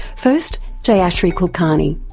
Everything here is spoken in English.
first jayashri kulkarni.